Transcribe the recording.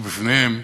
ובפניהם,